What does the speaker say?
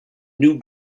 new